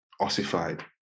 ossified